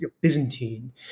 Byzantine